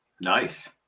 Nice